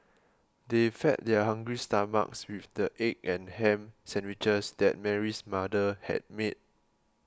they fed their hungry stomachs with the egg and ham sandwiches that Mary's mother had made